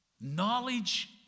knowledge